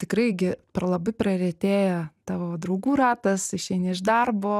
tikrai gi per labai praretėja tavo draugų ratas išeini iš darbo